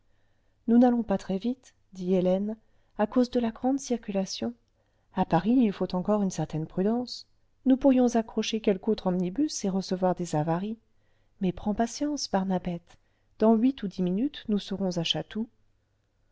nous n'allons pas très vite dit hélène à cause de la grande circulation à paris il faut encore une certaine prudence nous pourrions accrocher quelque autre omnibus et recevoir des avaries mais prends patience barnabette dans huit ou dix minutes nous serons à chatou